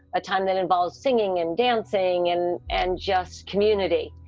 a time that involves singing and dancing and and just community.